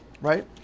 right